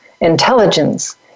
intelligence